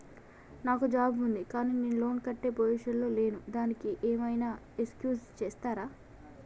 నాకు జాబ్ ఉంది కానీ నేను లోన్ కట్టే పొజిషన్ లా లేను దానికి ఏం ఐనా ఎక్స్క్యూజ్ చేస్తరా?